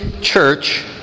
church